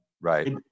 Right